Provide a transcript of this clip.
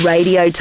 Radio